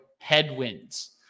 headwinds